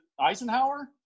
Eisenhower